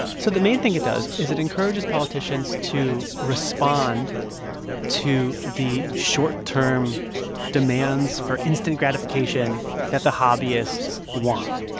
so the main thing it does is it encourages politicians to respond to the short-term demands for instant gratification that the hobbyists want.